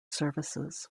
services